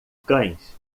cães